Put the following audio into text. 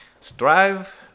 Strive